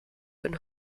been